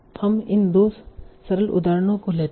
हम इन 2 सरल उदाहरणों को लेते हैं